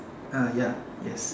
ah ya yes